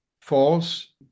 false